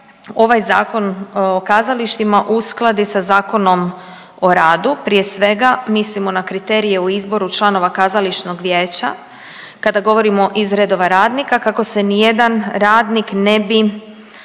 ovaj Zakon o kazalištima uskladi sa Zakonom o radu, prije svega mislimo na kriterije u izboru članova kazališnog vijeća kada govorimo iz redova radnika kako se nijedan radnik ne bi